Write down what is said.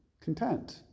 content